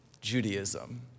Judaism